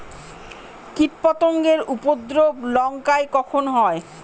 কীটপতেঙ্গর উপদ্রব লঙ্কায় কখন হয়?